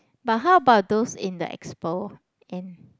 but how about those in the Expo and